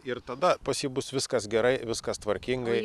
ir tada pas jį bus viskas gerai viskas tvarkingai